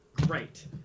Great